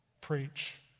preach